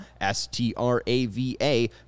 S-T-R-A-V-A